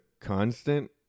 constant